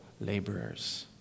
laborers